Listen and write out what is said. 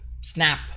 snap